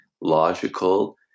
logical